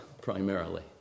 primarily